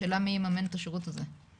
השאלה מי יממן את השירות הזה?